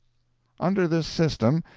under this system,